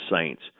Saints